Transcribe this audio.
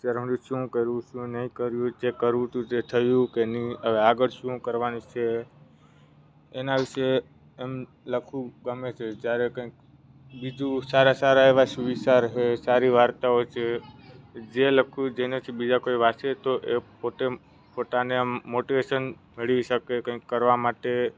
અત્યાર શું કરવું શું નહીં કર્યું જે કરવું તું તે થયું કે નહીં આવે આગળ શું કરવાનું છે એના વિશે એમ લખવું ગમે છે જ્યારે કઈક બીજું સારા સારા એવા સુવિચાર છે સારી વાર્તાઓ છે જે લખવું જેનાથી બીજાને કોઈ વાંચે તો એ કોઈ પોતાને આમ મોટીવેશન મેળવી શકે કંઈક કરવા માટે